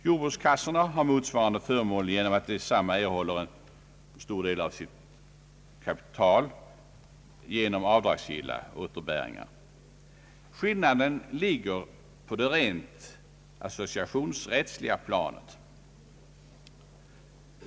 Jordbrukskassorna har motsvarande förmån då de erhåller en stor del av sitt kapital genom avdragsgilla återbäringar. Skillnaden ligger på det rent associationsrättsliga planet.